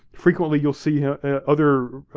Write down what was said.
frequently, you'll see other